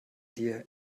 dir